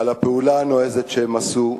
על הפעולה הנועזת שהם עשו,